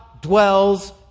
dwells